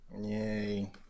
Yay